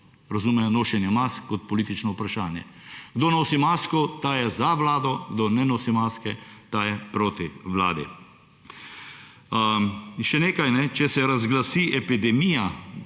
razume nošenje mask kot politično vprašanje. Kdo nosi masko, ta je za vlado, kdo ne nosi maske, ta je proti vladi. In še nekaj; če se razglasi epidemija